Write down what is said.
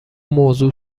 موضوع